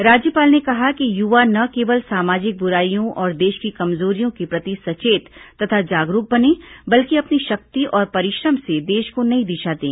राज्यपाल ने कहा कि युवा न केवल सामाजिक बुराइयों और देश की कमजोरियों के प्रति सचेत तथा जागरूक बनें बल्कि अपनी शक्ति और परिश्रम से देश को नई दिशा दें